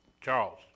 Charles